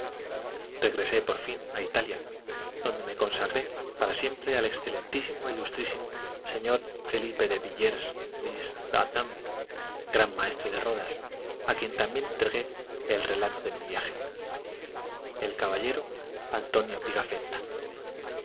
regresé por fín a italia donde me consagré para siempre al excelentísimo e ilustrísimo señor felipe de villers risle adam gran maestre de rodas a quien también entregué el relato de mi viaje el caballero antonio pigafetta